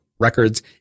Records